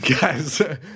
Guys